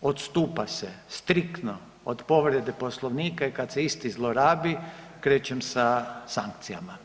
odstupa se striktno od povrede Poslovnika i kad se isti zlorabi krećem sa sankcijama.